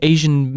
Asian